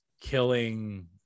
killing